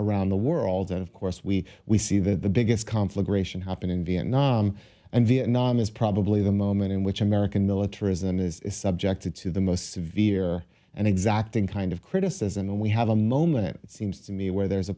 around the world and of course we we see that the biggest conflagration happened in vietnam and vietnam is probably the moment in which american militarism is subjected to the most severe and exacting kind of criticism and we have a moment it seems to me where there's a